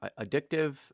addictive